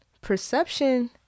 perception